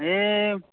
এ